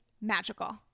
magical